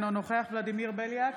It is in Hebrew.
אינו נוכח ולדימיר בליאק,